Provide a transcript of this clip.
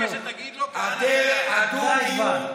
תומכים בחיזבאללה, זה מה שאתם.